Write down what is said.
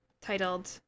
titled